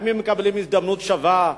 האם הם מקבלים הזדמנות שווה?